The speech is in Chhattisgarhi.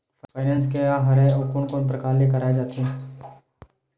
फाइनेंस का हरय आऊ कोन कोन प्रकार ले कराये जाथे?